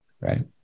Right